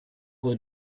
col